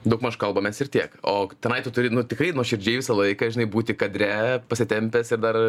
daugmaž kalbamės ir tiek o tenai tu turi nu tikrai nuoširdžiai visą laiką žinai būti kadre pasitempęs ir dar